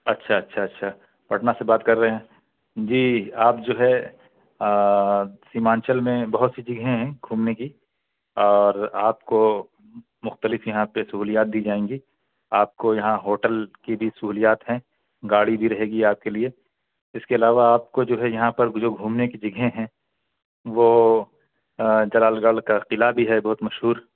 اچھا اچھا اچھا پٹنہ سے بات کر رہے ہیں جی آپ جو ہے سیمانچل میں بہت سی جگہیں ہیں گھومنے کی اور آپ کو مختلف یہاں پہ سہولیات دی جائیں گی آپ کو یہاں ہوٹل کی بھی سہولیات ہیں گاڑی بھی رہے گی آپ کے لیے اس کے علاوہ آپ کو جو ہے یہاں پر جو گھومنے کی جگہ ہیں وہ جلال گڑھ کا قلع بھی ہے بہت مشہور